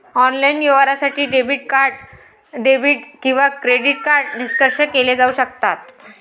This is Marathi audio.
ऑनलाइन व्यवहारासाठी डेबिट किंवा क्रेडिट कार्ड निष्क्रिय केले जाऊ शकतात